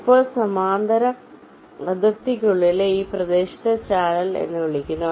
ഇപ്പോൾ സമാന്തര അതിർത്തിക്കുള്ളിലെ ഈ പ്രദേശത്തെ ചാനൽ എന്ന് വിളിക്കുന്നു